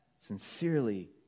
sincerely